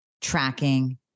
tracking